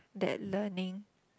that learning